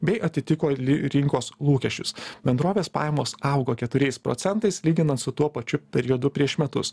bei atitiko rinkos lūkesčius bendrovės pajamos augo keturiais procentais lyginant su tuo pačiu periodu prieš metus